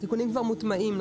התיקונים כבר מוטמעים?